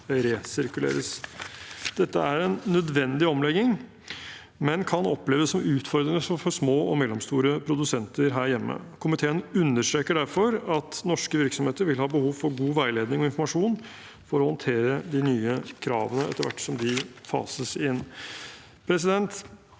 Dette er en nødvendig omlegging, men den kan oppleves utfordrende for små og mellomstore produsenter her hjemme. Komiteen understreker derfor at norske virksomheter vil ha behov for god veiledning og informasjon for å håndtere de nye kravene etter hvert som de fases inn.